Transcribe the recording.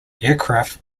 aircraft